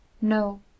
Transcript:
No